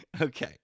Okay